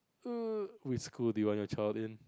which school do you want your child in